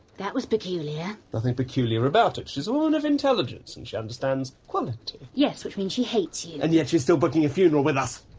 that was peculiar. nothing peculiar about it. she's a woman of intelligence, and she understands quality. yes, which means she hates you. and yet she's still booking a funeral with us.